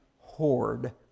hoard